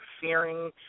fearing